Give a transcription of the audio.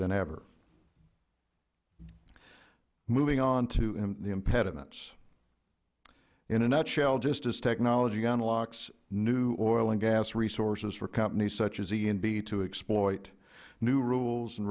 than ever moving on to the impediments in a nutshell just as technology unlocks new oil and gas resources for companies such as e and b to exploit new rules and